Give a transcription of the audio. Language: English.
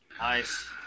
Nice